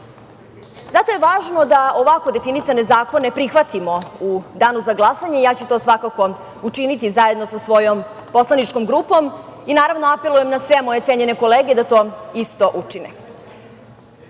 je važno da ovako definisane zakone prihvatimo u danu za glasanje. Ja ću to svakako učiniti zajedno sa svojom poslaničkom grupom i naravno apelujem na sve moje cenjene kolege da to isto učine. Ono